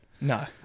no